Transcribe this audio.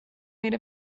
made